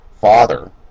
Father